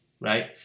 right